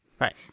Right